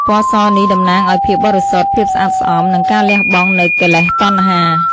ពណ៌សនេះតំណាងឱ្យភាពបរិសុទ្ធ ភាពស្អាតស្អំ និងការលះបង់នូវកិលេសតណ្ហា។